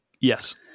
Yes